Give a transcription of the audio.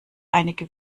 einige